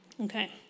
Okay